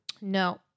no